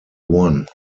won